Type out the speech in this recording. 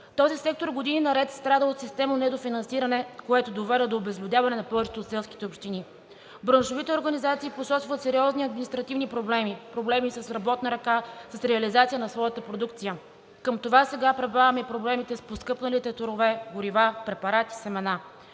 Този сектор години наред страда от системно недофинансиране, което доведе до обезлюдяване на повечето от селските общини. Браншовите организации посочват сериозни административни проблеми, проблеми с работна ръка, с реализация на своята продукция. Към това сега прибавяме и проблемите с поскъпналите торове, горива, препарати, семена.